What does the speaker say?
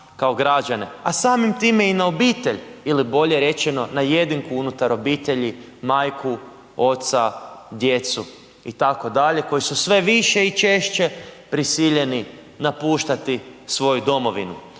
kao građane, a samim tim i na obitelj ili bolje rečeno na jedinku unutar obitelji majku, oca, djecu itd. koji su sve više i češće prisiljeni napuštati svoju domovinu.